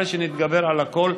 אחרי שנתגבר על הכול,